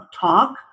talk